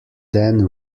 then